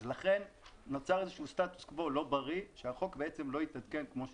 לכן נוצר איזשהו סטטוס קוו לא בריא שהחוק בעצם לא התעדכן כמו שצריך.